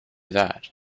that